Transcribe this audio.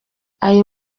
aya